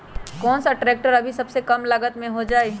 कौन सा ट्रैक्टर अभी सबसे कम लागत में हो जाइ?